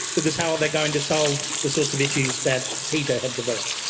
because how are they going to solve the sorts of issues that peter had developed?